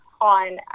on